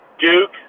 Duke